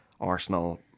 Arsenal